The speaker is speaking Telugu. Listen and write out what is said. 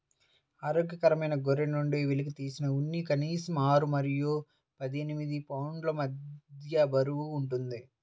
ఆరోగ్యకరమైన గొర్రె నుండి వెలికితీసిన ఉన్ని కనీసం ఆరు మరియు పద్దెనిమిది పౌండ్ల మధ్య బరువు ఉంటుంది